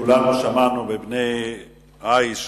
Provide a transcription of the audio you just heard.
שכולנו שמענו, הילד מבני-עי"ש